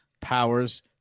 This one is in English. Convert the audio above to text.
powers